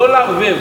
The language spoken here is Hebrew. לא לערבב,